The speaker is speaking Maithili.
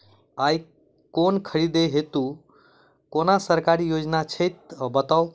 आइ केँ खरीदै हेतु कोनो सरकारी योजना छै तऽ बताउ?